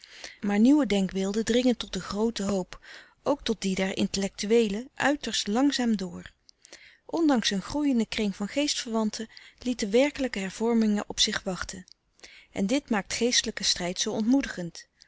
maar nieuwe denkbeelden dringen tot de groote hoop ook tot die der intellectueelen uiterst langzaam door ondanks een groeienden kring van geestverwanten lieten werkelijke hervormingen op zich wachten en dit maakt geestelijken strijd zoo ontmoedigend